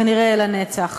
כנראה לנצח.